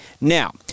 Now